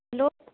hello